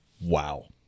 Wow